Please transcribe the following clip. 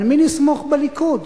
על מי נסמוך בליכוד?